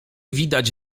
widać